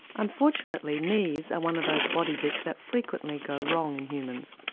unfortunately knees are one of those body bits that frequently go wrong in humans,